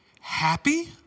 happy